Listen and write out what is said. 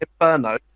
Inferno